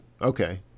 Okay